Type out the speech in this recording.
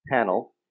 panel